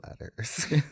letters